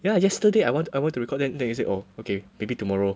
ya yesterday I want I want to record then then you say oh okay maybe tomorrow